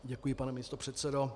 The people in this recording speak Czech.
Děkuji, pane místopředsedo.